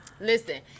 Listen